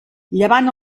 llevant